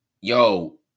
Yo